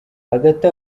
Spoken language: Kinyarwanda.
hagati